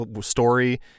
story